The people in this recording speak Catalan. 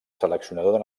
seleccionador